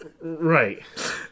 Right